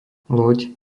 loď